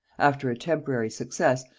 after a temporary success,